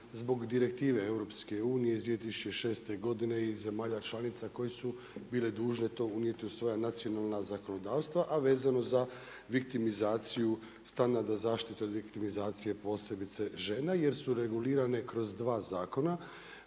zbog direktive EU iz 2006. godine i zemalja članica koje su bile dužne to unijeti u svoja nacionalna zakonodavstva, a vezano za viktimizaciju standarda zaštite od viktimizacije, posebice žena jer su regulirane kroz dva zakona,